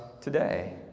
today